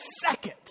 second